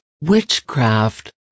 witchcraft